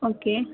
okay